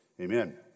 amen